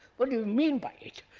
what do you mean by it,